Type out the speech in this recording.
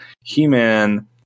He-Man